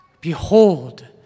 Behold